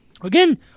Again